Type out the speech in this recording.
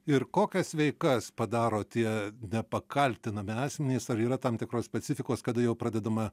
ir kokias veikas padaro tie nepakaltinami asmenys ar yra tam tikros specifikos kada jau pradedama